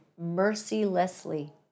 mercilessly